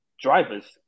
drivers